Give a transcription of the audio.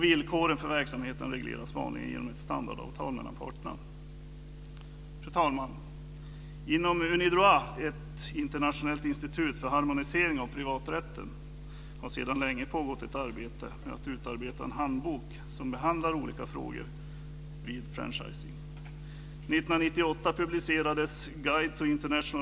Villkoren för verksamheten regleras vanligen genom ett standardavtal mellan parterna. Fru talman! Inom Unidroit, ett internationellt institut för harmonisering av privaträtten, pågår sedan länge ett arbete med att utarbeta en handbok där olika frågor i samband med franchising behandlas.